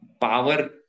Power